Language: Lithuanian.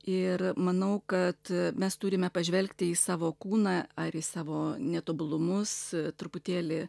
ir manau kad mes turime pažvelgti į savo kūną ar į savo netobulumus truputėlį